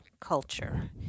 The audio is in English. culture